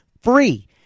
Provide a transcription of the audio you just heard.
free